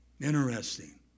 Interesting